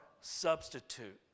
substitute